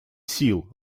сил